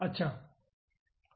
अच्छा ठीक है